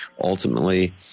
ultimately